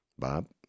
Bob